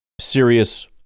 serious